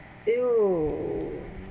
!eww!